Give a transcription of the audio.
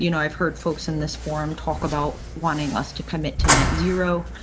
you know i've heard folks in this forum, talk about wanting us to commit to net zero